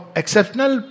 exceptional